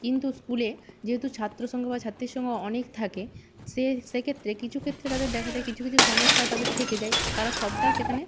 কিন্তু স্কুলে যেহেতু ছাত্র সংখ্যা বা ছাত্রী সংখ্যা অনেক থাকে সে সেক্ষেত্রে কিছু ক্ষেত্রে তাদের দেখা যায় কিছু কিছু সমস্যা তাদের থেকে যায় তারা সবটা সেখানে